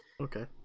Okay